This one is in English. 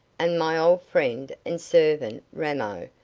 and my old friend and servant, ramo,